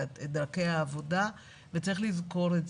את דרכי העבודה ואת זה צריך לזכור.